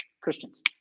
Christians